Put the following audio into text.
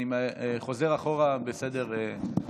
אני חוזר אחורה בסדר.